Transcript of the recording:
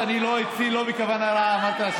אני מאמין, איך אתה מדבר אליה?